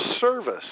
service